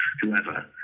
whoever